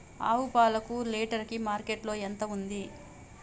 ఆవు పాలకు లీటర్ కి మార్కెట్ లో ఎంత ఉంది?